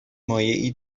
مایعی